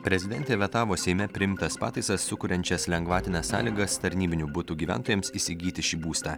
prezidentė vetavo seime priimtas pataisas sukuriančias lengvatines sąlygas tarnybinių butų gyventojams įsigyti šį būstą